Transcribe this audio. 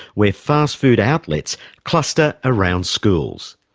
where fast food outlets cluster around schools.